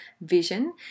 vision